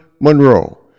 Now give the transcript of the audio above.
Monroe